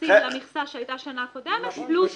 מתייחסים למכסה שהיתה בשנה הקודמת פלוס משהו.